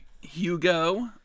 hugo